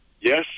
Yes